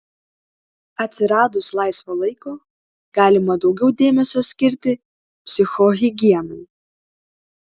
atsiradus laisvo laiko galima daugiau dėmesio skirti psichohigienai